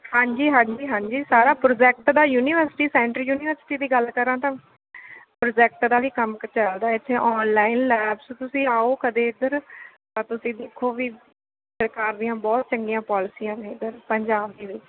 ਹਾਂਜੀ ਹਾਂਜੀ ਹਾਂਜੀ ਸਾਰਾ ਪ੍ਰੋਜੈਕਟ ਦਾ ਯੂਨੀਵਰਸਿਟੀ ਸੈਂਟਰ ਯੂਨੀਵਰਸਿਟੀ ਦੀ ਗੱਲ ਕਰਾਂ ਤਾਂ ਪ੍ਰੋਜੈਕਟ ਦਾ ਵੀ ਕੰਮ ਕ ਚਲਦਾ ਇੱਥੇ ਔਨਲਾਈਨ ਲੈਬਸ ਤੁਸੀਂ ਆਓ ਕਦੇ ਇੱਧਰ ਤਾਂ ਤੁਸੀਂ ਦੇਖੋ ਵੀ ਸਰਕਾਰ ਦੀਆਂ ਬਹੁਤ ਚੰਗੀਆਂ ਪੋਲਸੀਆਂ ਨੇ ਇੱਧਰ ਪੰਜਾਬ ਦੇ ਵਿੱਚ